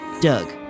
Doug